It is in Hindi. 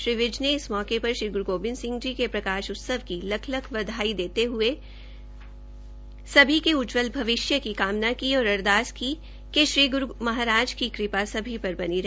श्री विज ने इस मौके पर श्री ग्रु गोबिंद सिंह जी के प्रकाश उत्सव की लख लख बधाई देते हुए सभी के उज्जवल भविष्य की कामना की और अरदास की कि श्री ग्रु महाराज की कृपा सभी पर बनी रहे